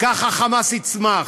ככה ה"חמאס" יצמח.